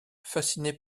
fasciné